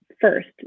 first